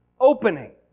opening